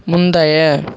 முந்தைய